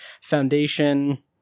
foundation